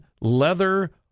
leather